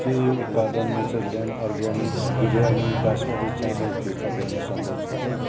के यो उत्पादन नेचरल्यान्ड अर्गानिक बिरयानी बासमती चामल फिर्ता गर्न सम्भव छ